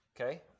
Okay